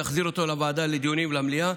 להחזיר אותו לוועדה לדיונים ולמליאה,